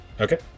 okay